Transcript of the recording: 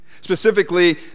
Specifically